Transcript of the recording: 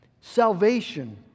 salvation